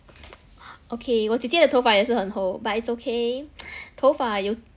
okay 我姐姐的头发也是很厚 but it's okay 头发有